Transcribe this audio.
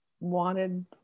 wanted